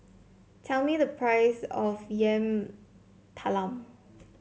tell me the price of Yam Talam